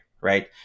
right